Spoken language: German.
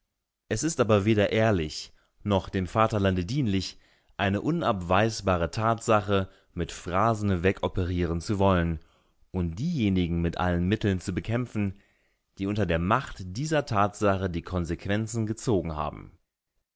es ist aber weder ehrlich noch dem vaterlande dienlich eine unabweisbare tatsache mit phrasen wegoperieren zu wollen und diejenigen mit allen mitteln zu bekämpfen die unter der macht dieser tatsache die konsequenzen gezogen haben